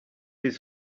his